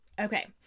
okay